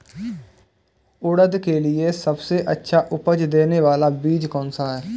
उड़द के लिए सबसे अच्छा उपज देने वाला बीज कौनसा है?